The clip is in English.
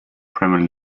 premier